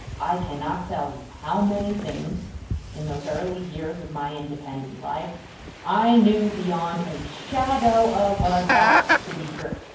i cannot tell you how many things in those early years of my independent life i knew beyond a shadow of a doubt to be true.